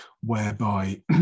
whereby